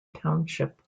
township